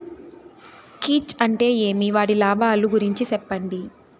కీచ్ అంటే ఏమి? వాటి లాభాలు గురించి సెప్పండి?